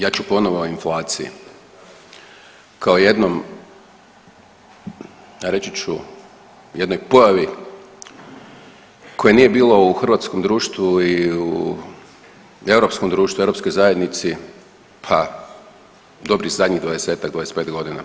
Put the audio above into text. Ja ću ponovo o inflaciji kao jednom, reći ću, jednoj pojavi koje nije bilo u hrvatskom društvu i u europskom društvu, europskoj zajednici pa, dobrih zadnjih 20-ak, 25 godina.